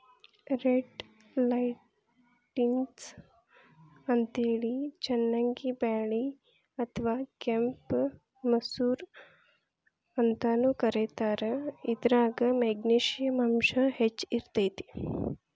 red lentils ಅಂತೇಳಿ ಚನ್ನಂಗಿ ಬ್ಯಾಳಿ ಅತ್ವಾ ಕೆಂಪ್ ಮಸೂರ ಅಂತಾನೂ ಕರೇತಾರ, ಇದ್ರಾಗ ಮೆಗ್ನಿಶಿಯಂ ಅಂಶ ಹೆಚ್ಚ್ ಇರ್ತೇತಿ